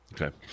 okay